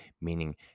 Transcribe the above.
meaning